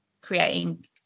creating